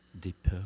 Deep